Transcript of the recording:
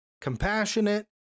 compassionate